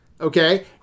okay